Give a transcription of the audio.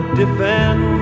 defend